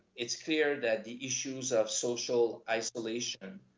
it's clear that the issues of social isolation,